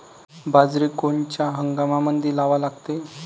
बाजरी कोनच्या हंगामामंदी लावा लागते?